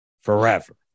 Forever